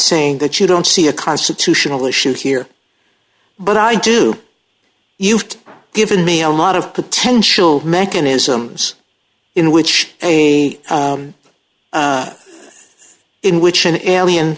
saying that you don't see a constitutional issue here but i do you've given me a lot of potential mechanisms in which a in which an alien